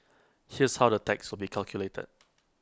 here's how the tax will be calculated